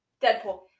deadpool